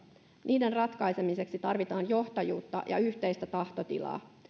niiden ratkaisemiseksi tarvitaan johtajuutta ja yhteistä tahtotilaa